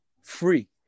Free